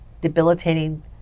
debilitating